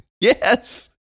Yes